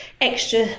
extra